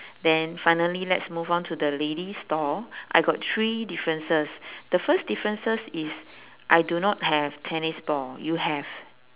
then finally let's move on to the lady's stall I got three differences the first differences is I do not have tennis ball you have